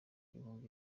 ibihumbi